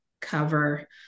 cover